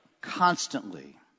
constantly